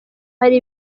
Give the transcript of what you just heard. hari